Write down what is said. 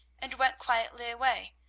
and went quietly away,